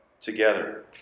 together